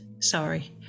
Sorry